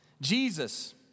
Jesus